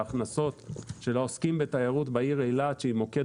ההכנסות של העוסקים בתיירות בעיר אילת שהיא מוקד